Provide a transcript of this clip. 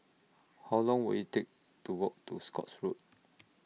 How Long Will IT Take to Walk to Scotts Road